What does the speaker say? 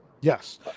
Yes